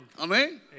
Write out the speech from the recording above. Amen